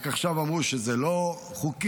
רק עכשיו אמרו שזה לא חוקי,